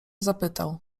zapytał